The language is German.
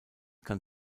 kann